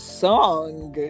song